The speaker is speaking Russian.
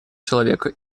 человека